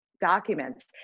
documents